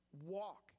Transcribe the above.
walk